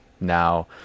now